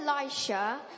Elisha